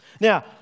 Now